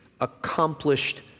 accomplished